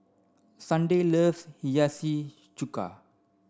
Sunday loves Hiyashi Chuka